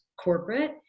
corporate